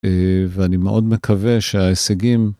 אה ואני מאוד מקווה שההישגים.